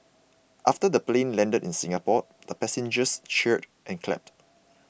after the plane landed in Singapore the passengers cheered and clapped